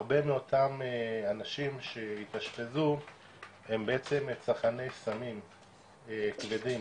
הרבה מאותם אנשים שהתאשפזו הם בעצם צרכני סמים כבדים,